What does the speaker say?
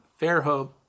Fairhope